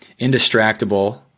Indistractable